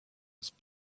was